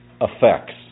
effects